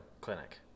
clinic